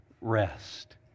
rest